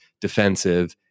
defensive